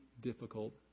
difficult